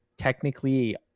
Technically